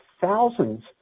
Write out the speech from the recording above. thousands